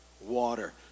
water